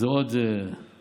זה עוד פגע